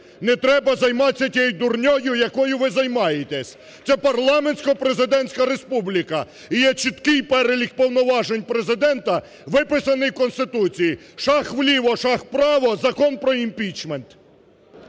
не треба займатись тією дурною, якою ви займаєтесь. Це парламентсько-президентська республіка і є чіткий перелік повноважень Президента виписаний в Конституції: шаг вліво, шаг вправо – Закон про імпічмент.